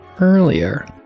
earlier